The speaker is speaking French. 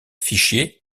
fichier